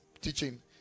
teaching